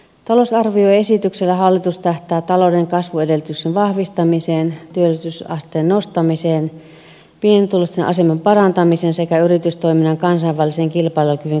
talousarvioesityksellä hallitus tähtää talouden kasvuedellytysten vahvistamiseen työllisyysasteen nostamiseen pienituloisten aseman parantamiseen sekä yritystoiminnan kansainvälisen kilpailukyvyn kohentamiseen